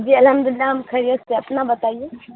جی الحمد للہ ہم خیریت سے اپنا بتائیے